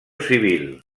civil